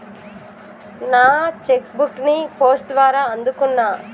నా cheque book ని post ద్వారా అందుకున్నా